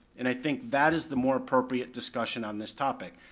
and i think that is the more appropriate discussion on this topic.